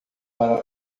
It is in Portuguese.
para